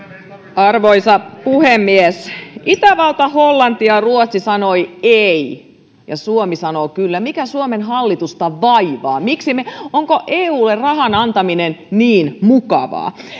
arvoisa puhemies itävalta hollanti ja ruotsi sanoivat ei ja suomi sanoo kyllä mikä suomen hallitusta vaivaa onko eulle rahan antaminen niin mukavaa